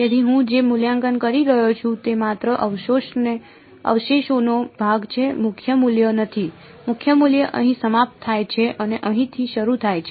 તેથી હું જે મૂલ્યાંકન કરી રહ્યો છું તે માત્ર અવશેષોનો ભાગ છે મુખ્ય મૂલ્ય નથી મુખ્ય મૂલ્ય અહીં સમાપ્ત થાય છે અને અહીંથી શરૂ થાય છે